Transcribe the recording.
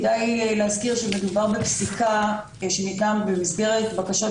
כדאי להזכיר שמדובר בפסיקה שניתנה במסגרת בקשת